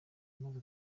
maze